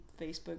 Facebook